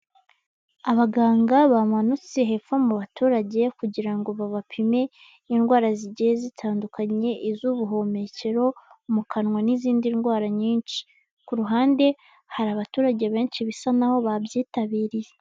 Abaganga bamanutse hepfo mu baturage kugira ngo babapime indwara zigiye zitandukanye iz'ubuhumekero, mu kanwa n'izindi ndwara nyinshi. Ku ruhande hari abaturage benshi bisa naho babyitabiriye.